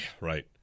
Right